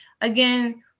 Again